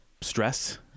stress